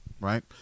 right